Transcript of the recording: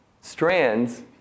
strands